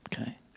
Okay